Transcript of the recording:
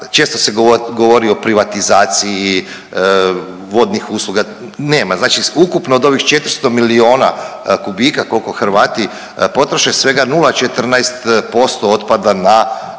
često se govori o privatizaciji vodnih usluga, nema. Znači ukupno od ovih 400 miliona kubika koliko Hrvati potroše svega 0,14% otpada na vodu